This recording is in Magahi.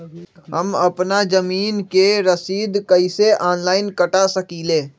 हम अपना जमीन के रसीद कईसे ऑनलाइन कटा सकिले?